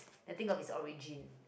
and think of its origin